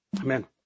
Amen